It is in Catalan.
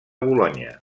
bolonya